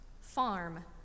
farm